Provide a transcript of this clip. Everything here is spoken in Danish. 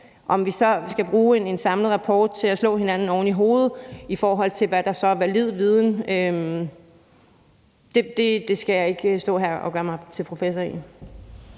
Om vi så skal bruge en samlet rapport til at slå hinanden oven i hovedet med, i forhold til hvad der så er valid viden, skal jeg ikke stå her og gøre mig til professor i.